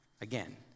again